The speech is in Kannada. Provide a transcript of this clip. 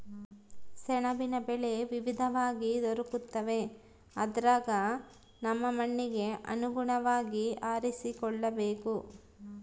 ಸೆಣಬಿನ ಬೆಳೆ ವಿವಿಧವಾಗಿ ದೊರಕುತ್ತವೆ ಅದರಗ ನಮ್ಮ ಮಣ್ಣಿಗೆ ಅನುಗುಣವಾಗಿ ಆರಿಸಿಕೊಳ್ಳಬೇಕು